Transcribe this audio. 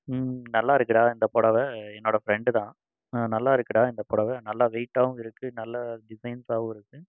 நல்லாயிருக்குடா இந்த புடவ என்னோட ஃப்ரெண்டு தான் நல்லாயிருக்குடா இந்த புடவ நல்லா வெயிட்டாகவும் இருக்கு நல்லா டிசைன்ஸாகவும் இருக்கு